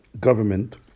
government